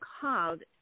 called